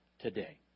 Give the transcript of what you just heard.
today